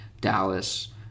Dallas